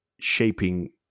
shaping